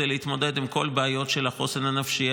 כדי להתמודד עם כל הבעיות של החוסן הנפשי,